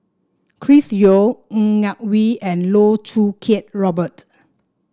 Chris Yeo Ng Yak Whee and Loh Choo Kiat Robert